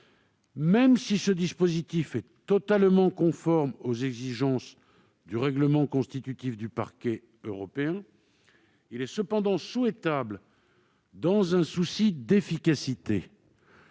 Même si ce dispositif est totalement conforme aux exigences du règlement constitutif du Parquet européen, il est cependant souhaitable, dans un souci d'efficacité,